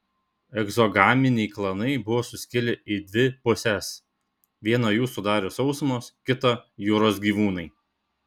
egzogaminiai klanai buvo suskilę į dvi puses vieną jų sudarė sausumos kitą jūros gyvūnai